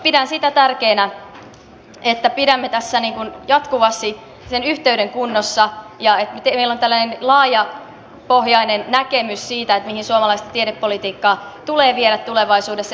pidän sitä tärkeänä että pidämme tässä jatkuvasti sen yhteyden kunnossa ja että meillä on tällainen laajapohjainen näkemys siitä mihin suomalaista tiedepolitiikkaa tulee viedä tulevaisuudessa